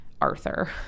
Arthur